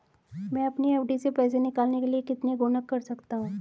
मैं अपनी एफ.डी से पैसे निकालने के लिए कितने गुणक कर सकता हूँ?